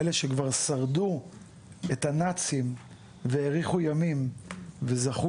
אלה שכבר שרדו את הנאצים והאריכו ימים וזכו